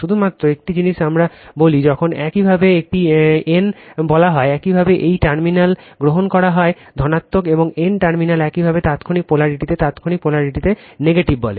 শুধুমাত্র একটি জিনিস আমি বলি যখন একইভাবে একটি n বলা হয় একইভাবে একটি টার্মিনাল গ্রহণ করা হয় ধনাত্মক এবং n টার্মিনাল একইভাবে তাৎক্ষণিক পোলারিটিতে তাত্ক্ষণিক পোলারিটিতে নেগেটিভ বলে